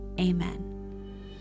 Amen